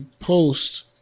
post